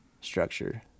structure